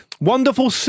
Wonderful